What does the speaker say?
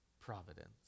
providence